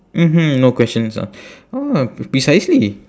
mmhmm no questions ah oh precisely